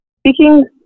Speaking